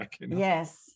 Yes